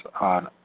on